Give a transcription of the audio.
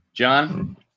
John